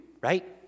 right